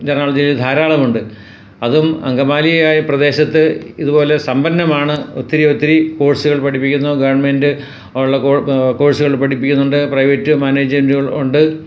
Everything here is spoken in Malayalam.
ഇന്ന് എറണാകുളം ജില്ലയിൽ ധാരാളമുണ്ട് അതും അങ്കമാലിയായ പ്രദേശത്ത് ഇതുപോലെ സമ്പന്നമാണ് ഒത്തിരി ഒത്തിരി കോഴ്സുകൾ പഠിപ്പിക്കുന്നു ഗവണ്മെന്റ് ഉള്ള കൊ കോഴ്സുകൾ പഠിപ്പിക്കുന്നുണ്ട് പ്രൈവറ്റ് മാനേജെന്റുകൾ ഉണ്ട്